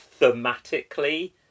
thematically